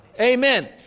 Amen